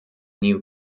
new